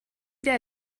der